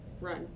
run